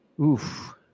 Oof